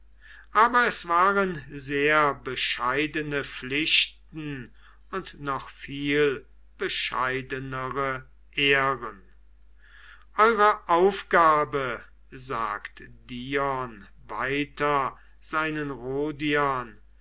aber es waren sehr bescheidene pflichten und noch viel bescheidenere ehren eure aufgabe sagt dion weiter seinen